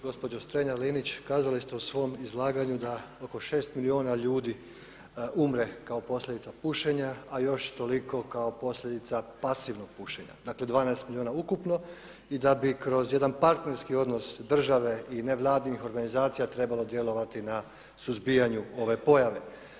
Gospođo Strenja-Linić, kazali ste u svom izlaganju da oko 6 milijuna ljudi umre kao posljedica pušenja a još toliko kao posljedica pasivnog pušenja, dakle 12 milijuna ukupno i da bi kroz jedan partnerski odnos države i nevladinih organizacija trebalo djelovati na suzbijanju ove pojave.